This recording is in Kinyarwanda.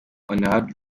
hon